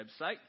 website